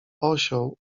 osioł